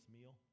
meal